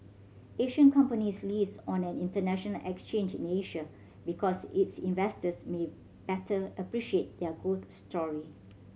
Asian companies list on an international exchange in Asia because its investors may better appreciate their growth story